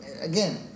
again